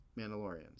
Mandalorians